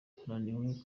barananiwe